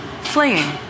Flaying